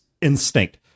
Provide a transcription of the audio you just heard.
instinct